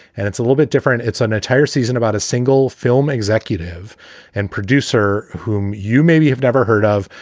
and it's a little bit different. it's an entire season about a single film executive and producer whom you maybe have never heard of,